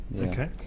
Okay